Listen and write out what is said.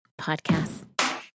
Podcasts